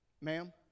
Ma'am